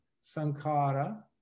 Sankara